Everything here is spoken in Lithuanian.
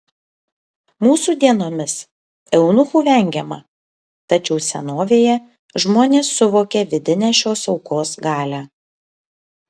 mūsų dienomis eunuchų vengiama tačiau senovėje žmonės suvokė vidinę šios aukos galią